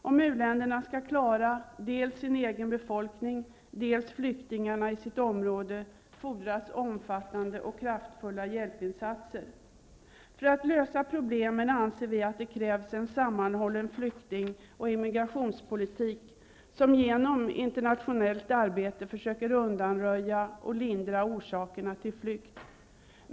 Om u-länderna skall klara dels sin egenbefolkning, dels flyktingarna i sitt område, fordras omfattande och kraftfulla hjälpinsatser. För att lösa problemen anser vi att det krävs en sammanhållen flykting och immigrationspolitik, som genom internationellt arbete försöker undanröja och lindra orsakerna till flykt.